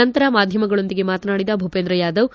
ನಂತರ ಮಾಧ್ಯಮಗಳೊಂದಿಗೆ ಮಾತನಾಡಿದ ಭೂಪೇಂದ್ರ ಯಾದವ್